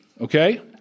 okay